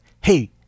hey